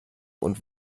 und